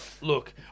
Look